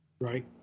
Right